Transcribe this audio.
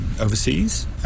overseas